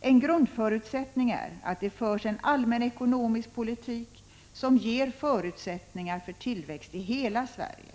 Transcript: En grundförutsättning är att det förs en allmänekonomisk politik som ger förutsättningar för tillväxt i hela Sverige.